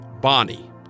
Bonnie